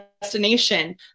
destination